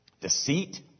Deceit